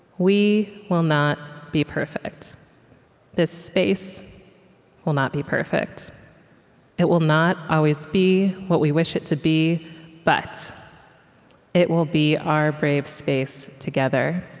we will not be perfect this space will not be perfect it will not always be what we wish it to be but it will be our brave space together,